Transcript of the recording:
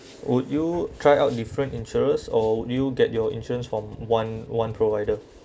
would you try out different insurers or would you get your insurance from one one provider